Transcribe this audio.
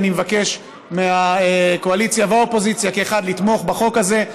אני מבקש מהקואליציה והאופוזיציה כאחד לתמוך בחוק הזה,